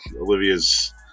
Olivia's